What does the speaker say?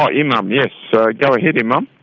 oh, imam, yes, so go ahead imam.